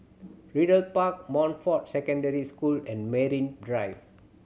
Ridley Park Montfort Secondary School and Drive